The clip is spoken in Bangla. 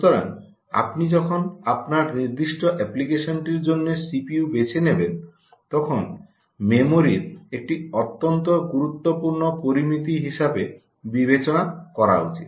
সুতরাং আপনি যখন আপনার নির্দিষ্ট অ্যাপ্লিকেশনটির জন্য সিপিইউ বেছে নেবেন তখন মেমরির একটি অত্যন্ত গুরুত্বপূর্ণ পরামিতি হিসাবে বিবেচনা করা উচিত